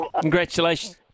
Congratulations